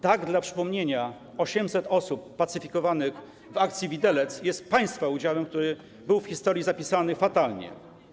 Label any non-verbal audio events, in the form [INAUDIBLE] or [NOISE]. Tak dla przypomnienia, 800 osób pacyfikowanych w akcji „Widelec” [NOISE] jest państwa udziałem, który w historii zapisał się fatalnie.